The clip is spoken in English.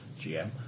GM